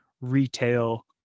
retail